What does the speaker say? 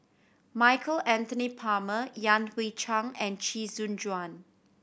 Michael Anthony Palmer Yan Hui Chang and Chee Soon Juan